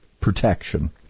protection